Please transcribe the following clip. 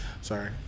Sorry